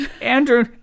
Andrew